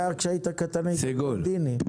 אתה כשהיית קטן היית בלונדיני.